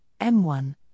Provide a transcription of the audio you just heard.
M1